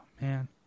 man